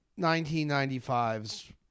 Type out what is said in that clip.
1995's